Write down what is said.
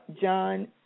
John